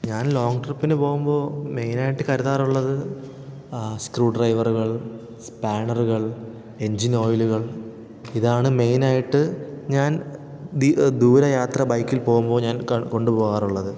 ഞാൻ ലോങ്ങ് ട്രിപ്പിന് പോകുമ്പോൾ മെയിനായിട്ട് കരുതാറുള്ളത് സ്ക്രൂ ഡ്രൈവറുകൾ സ്പാന്നറുകൾ എഞ്ചിൻ ഓയിലുകൾ ഇതാണ് മെയിനായിട്ട് ഞാൻ ദൂരയാത്ര ബൈക്കിൽ പോകുമ്പോൾ ഞാൻ കൊണ്ടുപോകാറുള്ളത്